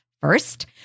first